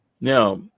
Now